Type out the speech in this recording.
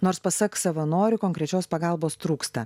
nors pasak savanorių konkrečios pagalbos trūksta